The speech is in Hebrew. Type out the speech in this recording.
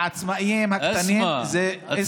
כשאתה פורט את זה לעצמאים הקטנים, כן.